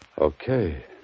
Okay